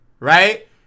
right